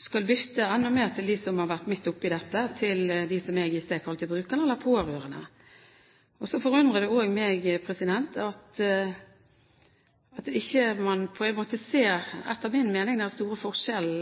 skal lytte enda mer til dem som har vært midt oppe i dette, til dem som jeg i sted kalte brukerne, eller pårørende. Det forundrer også meg at man på en måte ikke ser den store forskjellen